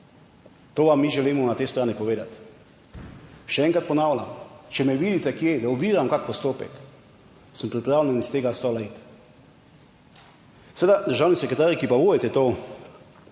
to vam mi želimo na tej strani povedati. Še enkrat ponavljam, če me vidite kje, da oviram kak postopek, sem pripravljen s tega stola iti. Seveda, državni sekretarji, ki pa vodite to,